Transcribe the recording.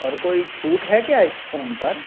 और कोई छूट है क्या इस फ़ोन पर